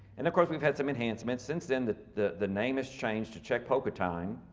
and of course we've had some enhancements. since then the the the name is change to czech polka time.